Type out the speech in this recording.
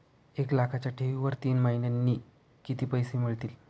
एक लाखाच्या ठेवीवर तीन महिन्यांनी किती पैसे मिळतील?